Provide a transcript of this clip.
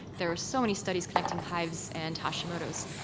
there are so many studies connecting hives and hashimoto's.